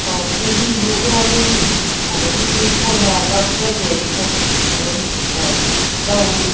ꯑꯣ ꯀꯦꯖꯤꯁꯨ ꯑꯣꯜꯂꯤ ꯑꯗꯒꯤ ꯄꯤꯁ ꯑꯣꯏꯅ ꯂꯧꯖꯒꯦꯁꯨ ꯑꯗꯨꯝ ꯂꯧꯏ